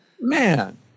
man